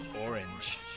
orange